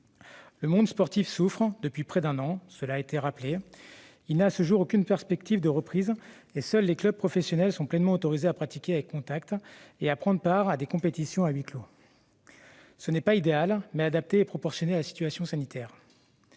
le monde sportif souffre depuis près d'un an. À ce jour, il n'a aucune perspective de reprise ; seuls les clubs professionnels sont pleinement autorisés à pratiquer avec contact et à prendre part à des compétitions à huis clos. Ce n'est pas idéal, mais c'est adapté et proportionné à la situation sanitaire.